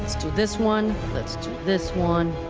let's do this one, let's do this one.